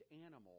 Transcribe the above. animal